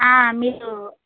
ఆ మీరూ